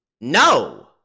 no